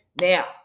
Now